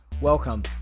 Welcome